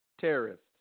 terrorists